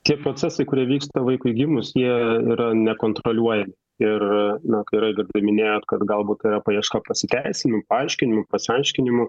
tie procesai kurie vyksta vaikui gimus jie yra nekontroliuojami ir na kaip raigardai minėjot kad galbūt tai yra paieška pasiteisinimų paaiškinimų pasiaiškinimų